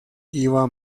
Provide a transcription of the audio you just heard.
iba